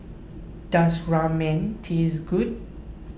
does Ramen taste good